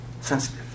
Sensitive